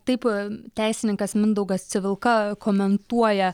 taip teisininkas mindaugas civilka komentuoja